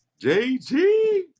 JT